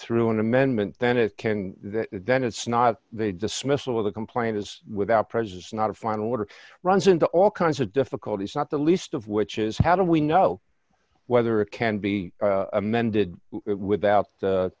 through an amendment then it can then it's not the dismissal of the complaint is without presence not a final order runs into all kinds of difficulties not the least of which is how do we know whether it can be amended without